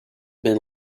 been